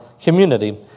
community